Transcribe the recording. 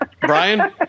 Brian